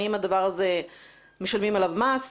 האם משלמים עליו מס,